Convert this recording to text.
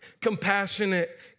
compassionate